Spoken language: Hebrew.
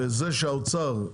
זה שהאוצר,